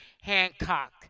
Hancock